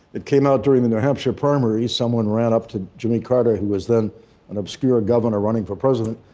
it came out during the new hampshire primary. someone ran up to jimmy carter, who was then an obscure governor running for president,